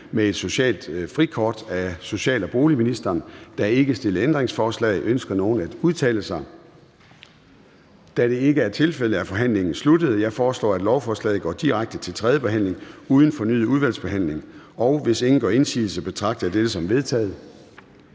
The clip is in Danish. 09:04 Forhandling Formanden (Søren Gade): Der er ikke stillet ændringsforslag. Ønsker nogen at udtale sig? Da det ikke er tilfældet, er forhandlingen sluttet. Jeg foreslår, at lovforslaget går direkte til tredje behandling uden fornyet udvalgsbehandling. Hvis ingen gør indsigelse, betragter jeg dette som vedtaget.